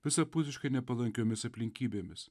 visapusiškai nepalankiomis aplinkybėmis